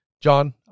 John